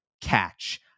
catch